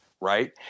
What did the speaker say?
right